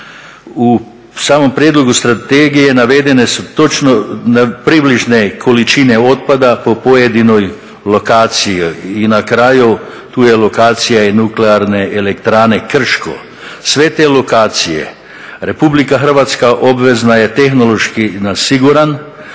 U samom prijedlogu strategije navedene su točno približne količine otpada po pojedinoj lokaciji. I na kraju, tu je i lokacija Nuklearne elektrane Krško. Sve te lokacije Republika Hrvatska obvezna je tehnološki na siguran,